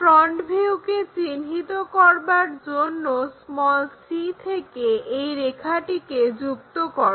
front ভিউকে চিহ্নিত করার জন্য c থেকে এই রেখাটিকে যুক্ত করো